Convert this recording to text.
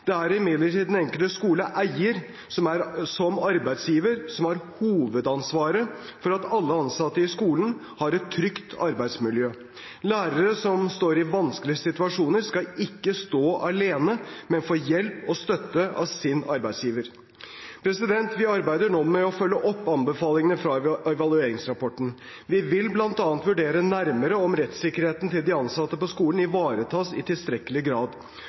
Det er imidlertid den enkelte skoleeier som arbeidsgiver som har hovedansvaret for at alle ansatte i skolen har et trygt arbeidsmiljø. Lærere som står i vanskelige situasjoner, skal ikke stå alene, men få hjelp og støtte av sin arbeidsgiver. Vi arbeider nå med å følge opp anbefalingene i evalueringsrapporten. Vi vil bl.a. vurdere nærmere om rettsikkerheten til de ansatte på skolen ivaretas i tilstrekkelig grad.